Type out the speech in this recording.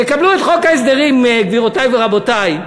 תקבלו את חוק ההסדרים, גבירותי ורבותי.